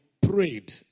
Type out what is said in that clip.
prayed